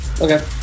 Okay